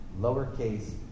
lowercase